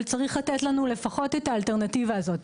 אבל צריך לתת לנו לפחות את האלטרנטיבה הזו.